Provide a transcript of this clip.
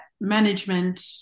management